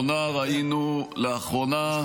ראינו --- לא הבנתי,